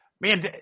man